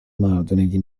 مردونگی